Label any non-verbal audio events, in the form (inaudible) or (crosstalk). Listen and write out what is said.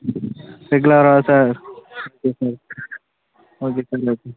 ரெகுலராகவா sir okay sir okay sir (unintelligible)